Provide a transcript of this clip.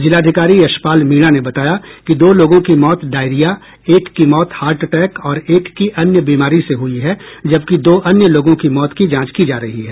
जिलाधिकारी यशपाल मीणा ने बताया कि दो लोगों की मौत डायरिया एक की मौत हार्ट अटैक और एक की अन्य बीमारी से मौत हुई है जबकि दो अन्य लोगों की मौत की जांच की जा रही है